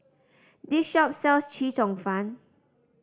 this shop sells Chee Cheong Fun